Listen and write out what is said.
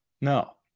No